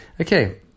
Okay